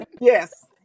Yes